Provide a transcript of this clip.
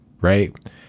right